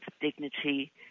dignity